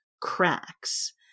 cracks